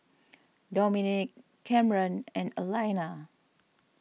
Dominick Kamren and Alayna